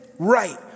Right